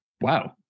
Wow